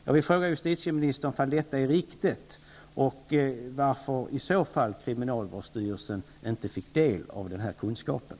Jag vill fråga justitieministern om detta är riktigt och varför kriminalvårdsstyrelsen i så fall inte fick ta del av den kunskapen.